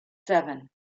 seven